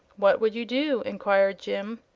what would you do? enquired jim.